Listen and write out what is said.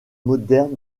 moderne